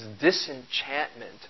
disenchantment